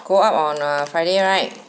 go up on a friday right